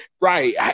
Right